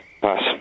Pass